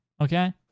okay